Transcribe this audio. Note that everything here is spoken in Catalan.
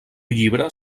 llibre